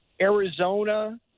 Arizona